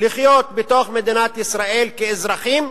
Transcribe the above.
לחיות בתוך מדינת ישראל כאזרחים,